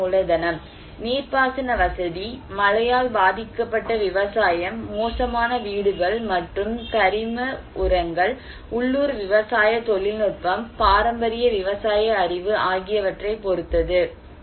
இயற்பியல் மூலதனம் நீர்ப்பாசன வசதி மழையால் பாதிக்கப்பட்ட விவசாயம் மோசமான வீடுகள் மற்றும் கரிம உரங்கள் உள்ளூர் விவசாய தொழில்நுட்பம் பாரம்பரிய விவசாய அறிவு ஆகியவற்றைப் பொறுத்தது